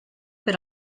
per